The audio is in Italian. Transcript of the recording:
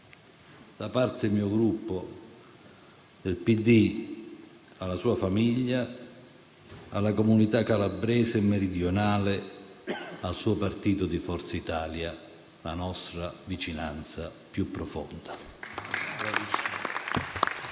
Da parte del Gruppo PD, esprimo alla sua famiglia, alla comunità calabrese e meridionale, al suo partito di Forza Italia la nostra vicinanza più profonda.